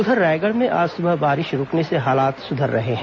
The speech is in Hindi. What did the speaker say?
उधर रायगढ़ में आज सुबह बारिश रूकने से हालात सुधर रहे हैं